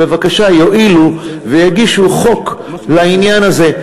בבקשה יואילו ויגישו הצעת חוק לעניין הזה.